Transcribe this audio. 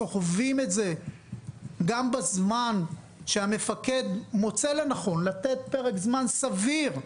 סוחבים את זה גם בזמן שהמפקד מוצא לנכון לתת פרק זמן סביר,